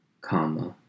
comma